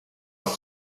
par